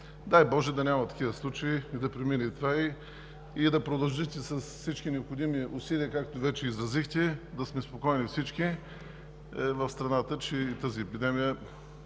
Дай боже да няма такива случаи, да премине това и да продължите с всички необходими усилия, както вече се изразихте, за да сме спокойни всички в страната тази епидемия